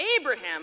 Abraham